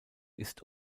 ist